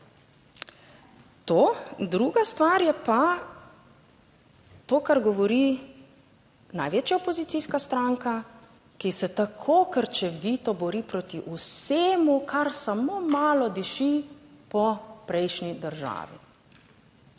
Druga stvar je pa to, kar govori največja opozicijska stranka, ki se tako krčevito bori proti vsemu, kar samo malo diši po prejšnji državi,